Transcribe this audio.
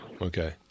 Okay